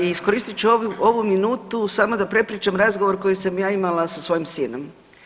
Iskoristit ću ovu minutu samo da prepričam razgovor koji sam ja imala sa svojim sinom.